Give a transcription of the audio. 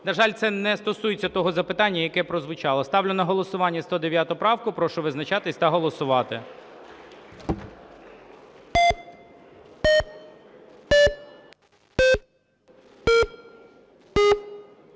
На жаль, це не стосується того запитання, яке прозвучало. Ставлю на голосування 109 правку. Прошу визначатися та голосувати.